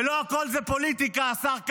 ולא הכול זאת פוליטיקה, השר קרעי.